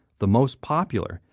the most popular,